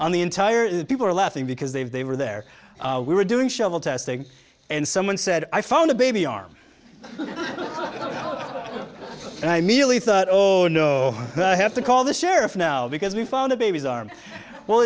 on the entire is that people are laughing because they've they were there we were doing shovel testing and someone said i found a baby arm and i merely thought oh no i have to call the sheriff now because we found a baby's arm well